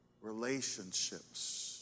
relationships